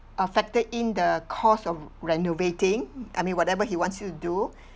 uh factor in the cost of renovating I mean whatever he wants you to do